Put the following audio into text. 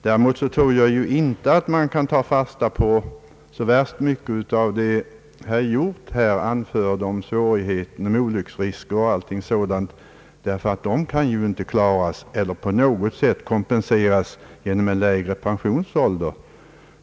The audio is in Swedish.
Däremot tror jag inte att man kan ta fasta på särskilt mycket av vad herr Hjorth sade om olycksfallsrisker m.m. Dessa kan ju inte på något sätt kompenseras genom lägre pensionsålder.